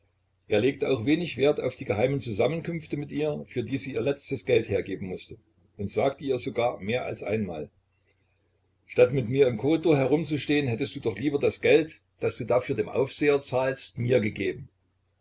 er legte auch wenig wert auf die geheimen zusammenkünfte mit ihr für die sie ihr letztes geld hergeben mußte und sagte ihr sogar mehr als einmal statt mit mir im korridor herumzustehen hättest du doch lieber das geld das du dafür dem aufseher zahlst mir gegeben